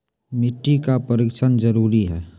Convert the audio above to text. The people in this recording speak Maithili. मिट्टी का परिक्षण जरुरी है?